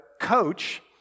coach